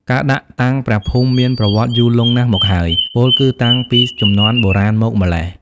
ការដាក់តាំងព្រះភូមិមានប្រវត្តិយូរលង់ណាស់មកហើយ ពោលគឺតាំងពីជំនាន់បុរាណមកម្ល៉េះ។